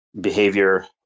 behavior